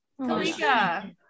Kalika